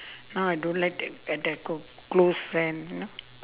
now I don't like that close friend you know